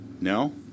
No